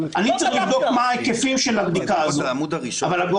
אני צריך לבדוק מה ההיקפים של הבדיקה הזאת אבל עגורנים,